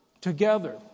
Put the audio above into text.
together